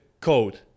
code